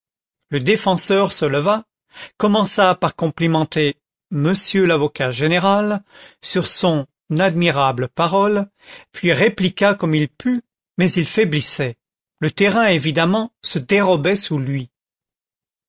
le défenseur se leva commença par complimenter monsieur l'avocat général sur son admirable parole puis répliqua comme il put mais il faiblissait le terrain évidemment se dérobait sous lui